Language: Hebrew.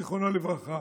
זיכרונו לברכה,